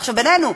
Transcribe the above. עכשיו, בינינו,